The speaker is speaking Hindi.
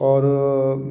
और